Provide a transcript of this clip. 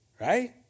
right